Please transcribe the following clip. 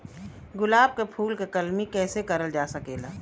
गुलाब क फूल के कलमी कैसे करल जा सकेला?